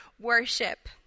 worship